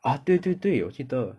啊对对对我记得